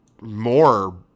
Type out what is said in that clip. more